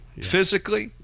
physically